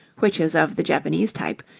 which is of the japanese type,